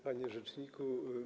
Panie Rzeczniku!